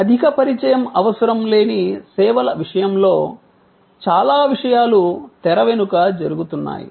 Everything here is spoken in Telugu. అధిక పరిచయం అవసరం లేని సేవల విషయంలో చాలా విషయాలు తెర వెనుక జరుగుతున్నాయి